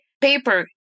paper